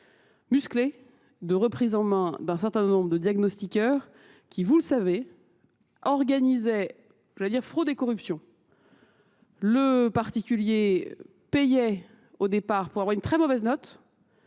musclé, de reprise en main d'un certain nombre de diagnostiqueurs, qui vous le savez, organisaient fraude et corruption. Le particulier payait au départ pour avoir une très mauvaise note,